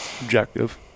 objective